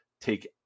take